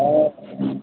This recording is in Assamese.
অ